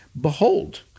Behold